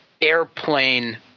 airplane